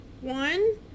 one